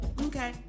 okay